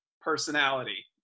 personality